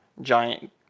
giant